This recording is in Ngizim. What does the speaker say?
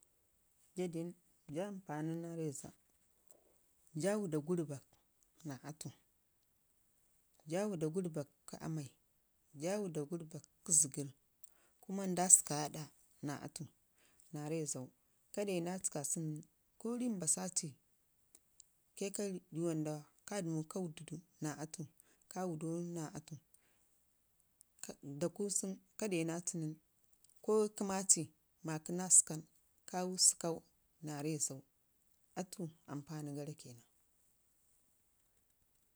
Jaa aampani na reza, jaa wəda gurra5ak na kə aamai, jaa wəɗa gurr5ak kə zəggərr kuma nda səkka aaɗa naa atu na rezau, ko rri mbasaci ka dɗmu na wədau na rezau, da ku sunu, ka denaci nən ko kəma ci makə na sekkar ka dəmu na sikkau na rrezau. atu ampani gara ke nan.